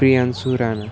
Priyanshu Rana